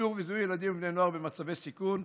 איתור וזיהוי ילדים ובני נוער במצבי סיכון,